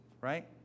right